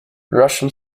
russian